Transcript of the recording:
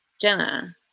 Jenna